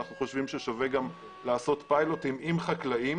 אנחנו חושבים ששווה גם לעשות פיילוטים עם חקלאים